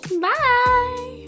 Bye